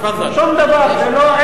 ראשון הדוברים, חבר הכנסת זבולון אורלב.